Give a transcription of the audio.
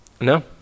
No